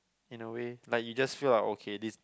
in a way like you just feel like okay this